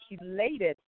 elated